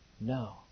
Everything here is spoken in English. No